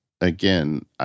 again